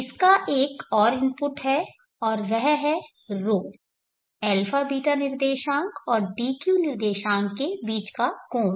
इसका एक और इनपुट है और वह है ρ αβ निर्देशांक और dq निर्देशांक के बीच का कोण